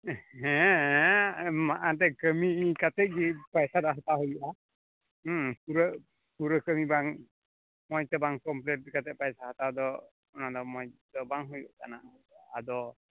ᱦᱮᱸ ᱦᱮᱸ ᱢᱟ ᱮᱱᱛᱮᱫ ᱠᱟᱹᱢᱤ ᱠᱟᱛᱮᱫ ᱜᱮ ᱯᱚᱭᱥᱟ ᱫᱚ ᱦᱟᱛᱟᱣ ᱦᱩᱭᱩᱜᱼᱟ ᱯᱩᱨᱟᱹ ᱯᱩᱨᱟᱹ ᱠᱟᱹᱢᱤ ᱵᱟᱝ ᱢᱚᱡᱽ ᱛᱮ ᱵᱟᱝ ᱠᱚᱢᱯᱮᱞᱮᱴ ᱠᱟᱛᱮᱫ ᱯᱚᱭᱥᱟ ᱦᱟᱛᱟᱣ ᱫᱚ ᱚᱱᱟ ᱫᱚ ᱢᱚᱡᱽ ᱫᱚ ᱵᱟᱝ ᱦᱩᱭᱩᱜ ᱠᱟᱱᱟ ᱟᱫᱚ